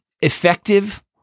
effective